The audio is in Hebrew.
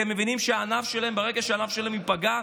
כי הם מבינים שברגע שהענף שלהם ייפגע,